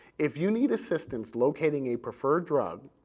if you need assistance locating a preferred drug,